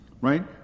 right